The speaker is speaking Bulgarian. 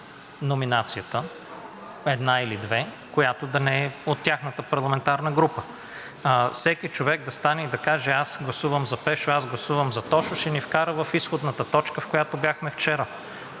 номинацията – една или две, която да не е от тяхната парламентарна група. Всеки човек да стане и да каже: „Аз гласувам за Пешо, аз гласувам за Тошо“, ще ни вкара в изходната точка, в която бяхме вчера.